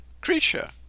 creature